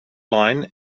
line